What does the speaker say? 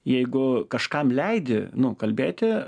jeigu kažkam leidi nu kalbėti